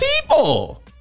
people